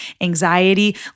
anxiety